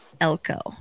Elko